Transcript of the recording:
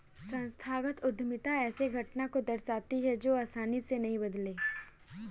संस्थागत उद्यमिता ऐसे घटना को दर्शाती है जो आसानी से नहीं बदलते